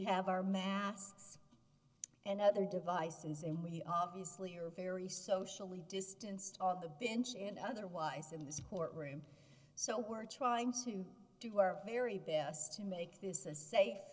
have our masts and other devices and we obviously are very socially distanced on the bench and otherwise in this courtroom so we're trying to do our very best to make this a safe